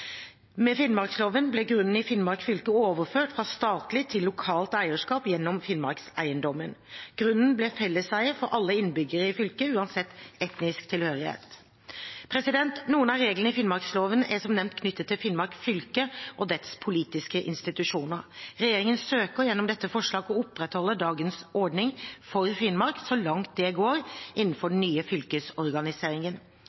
Med Finnmarksloven ble grunnen i Finnmark fylke overført fra statlig til lokalt eierskap gjennom Finnmarkseiendommen. Grunnen ble felleseie for alle innbyggere i fylket, uansett etnisk tilhørighet. Noen av reglene i Finnmarksloven er som nevnt knyttet til Finnmark fylke og dets politiske institusjoner. Regjeringen søker gjennom dette forslaget å opprettholde dagens ordning for Finnmark, så langt det går innenfor